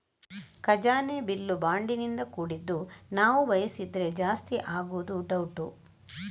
ಖಜಾನೆ ಬಿಲ್ಲು ಬಾಂಡಿನಿಂದ ಕೂಡಿದ್ದು ನಾವು ಬಯಸಿದ್ರೆ ಜಾಸ್ತಿ ಆಗುದು ಡೌಟ್